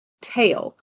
tail